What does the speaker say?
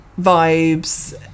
vibes